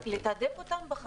לתעדף אותם.